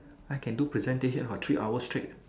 I can do presentations for three hours straight